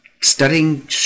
studying